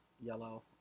yellow